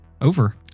over